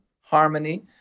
harmony